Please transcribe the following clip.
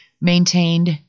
maintained